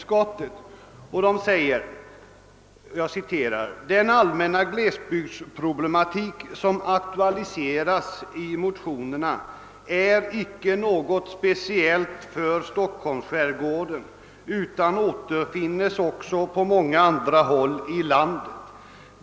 Den säger: »Den allmänna glesbygdsproblematik som aktualiseras i motionerna är icke något speciellt för stockholmsskärgården utan återfinnes också på många andra håll i landet.